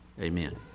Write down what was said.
Amen